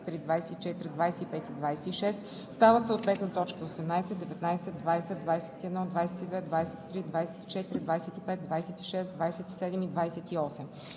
24, 25 и 26 стават съответно т. 18, 19, 20, 21, 22, 23, 24, 25, 26, 27 и 28.